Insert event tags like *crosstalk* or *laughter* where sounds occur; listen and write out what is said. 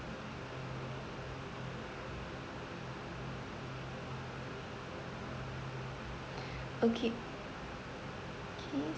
*breath* okay okay